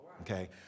Okay